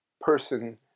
person